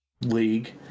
league